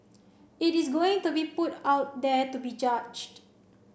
it is going to be put out there to be judged